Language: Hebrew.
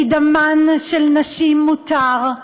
כי דמן של נשים מותר,